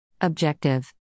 Objective